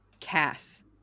Cass